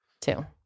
Two